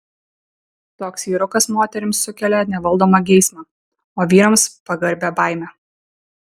toks vyrukas moterims sukelia nevaldomą geismą o vyrams pagarbią baimę